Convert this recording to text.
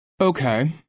Okay